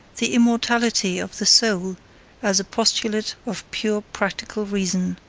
the immortality of the soul as a postulate of pure practical reason.